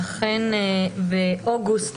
אכן, באוגוסט